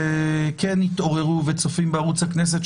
שכן התעוררו וצופים בערוץ הכנסת,